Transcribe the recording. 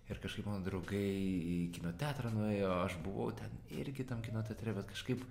ir kažkaip mano draugai į kino teatrą nuėjo aš buvau ten irgi tam kino teatre bet kažkaip